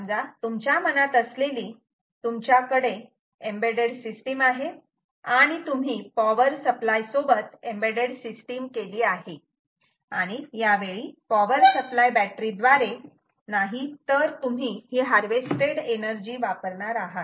समजा तुमच्या मनात असलेली तुमच्याकडे एम्बेड्डेड सिस्टीम आहे आणि तुम्ही पॉवर सप्लाय सोबत एम्बेड्डेड सिस्टीम केली आहे आणि यावेळी पॉवर सप्लाय बॅटरी द्वारे नाही तर तुम्ही ही हर्वेस्तेड एनर्जी वापरणार आहात